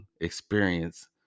experience